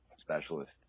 specialist